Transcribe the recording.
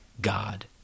God